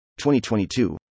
2022